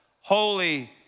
holy